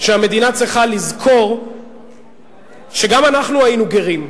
שהמדינה צריכה לזכור שגם אנחנו היינו גרים.